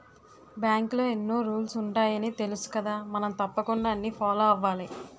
బాంకులో ఎన్నో రూల్సు ఉంటాయని తెలుసుకదా మనం తప్పకుండా అన్నీ ఫాలో అవ్వాలి